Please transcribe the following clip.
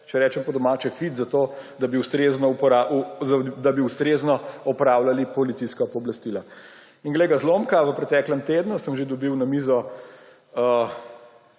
če rečem po domače, fit za to, da bi ustrezno opravljali policijska pooblastila. In glej ga zlomka, v preteklem tednu sem že dobil na mizo